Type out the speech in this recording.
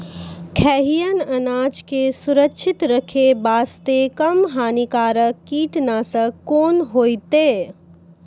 खैहियन अनाज के सुरक्षित रखे बास्ते, कम हानिकर कीटनासक कोंन होइतै?